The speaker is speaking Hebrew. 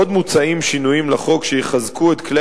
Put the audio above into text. עוד מוצעים שינויים לחוק שיחזקו את כלי